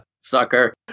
Sucker